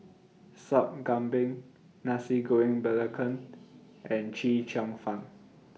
Sup Kambing Nasi Goreng Belacan and Chee Cheong Fun